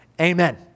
Amen